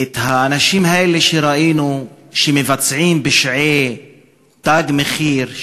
האנשים האלה שראינו מבצעים פשעי "תג מחיר",